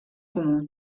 comú